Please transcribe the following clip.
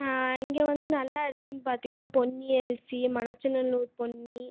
இங்கே வந்து நல்ல அரிசின்னு பார்த்தீங்கன்னா பொன்னி அரிசி மணச்சநல்லூர் பொன்னி